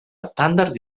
estàndards